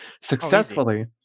successfully